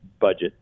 budget